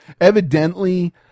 Evidently